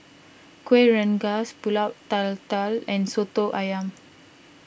Kueh Rengas Pulut Tatal and Soto Ayam